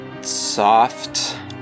soft